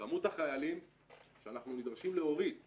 כמות החיילים שאנחנו נדרשים להוריד מהרכבת,